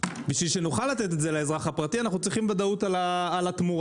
בשביל שנוכל לתת את זה לאזרח הפרטי אנחנו צריכים ודאות על התמורה.